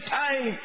time